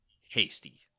hasty